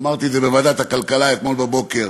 אמרתי את זה בוועדת הכלכלה אתמול בבוקר.